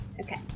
Okay